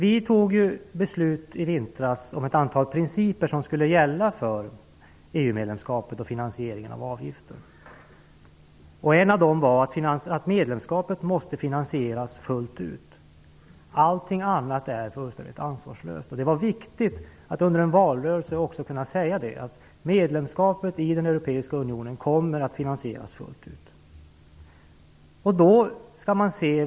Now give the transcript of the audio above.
Vi fattade beslut i vintras om ett antal principer som skulle gälla för EU-medlemskapet och finansieringen av avgiften. En av dem var att medlemskapet måste finansieras fullt ut. Allt annat är fullständigt ansvarslöst. Det var viktigt att under en valrörelse kunna säga: "Medlemskapet i den europeiska unionen kommer att finansieras fullt ut."